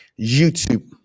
YouTube